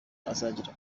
azagira